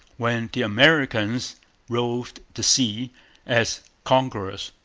when the americans roved the sea as conquerors,